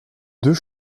deux